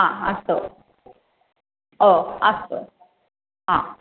हा अस्तु ओ अस्तु आम्